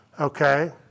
okay